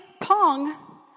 Pong